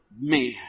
man